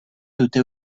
dute